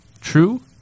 true